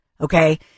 Okay